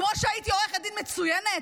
כמו שהייתי עורכת דין מצוינת,